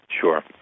Sure